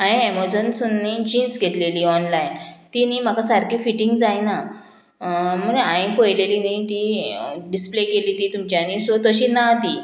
हांवें एमेझॉनसून न्ही जिन्स घेतलेली ऑनलायन ती न्ही म्हाका सारकी फिटींग जायना म्हण हांवें पळयलेली न्ही ती डिस्प्ले केली ती तुमच्यानी सो तशी ना ती